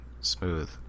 Smooth